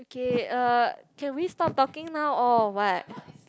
okay uh can we stop talking now or what